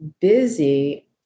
busy